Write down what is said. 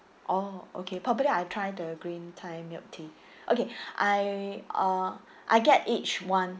orh okay probably I try the green thai milk tea okay I uh I get each one